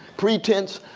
pretense,